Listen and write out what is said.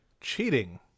cheating